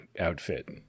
outfit